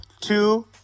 two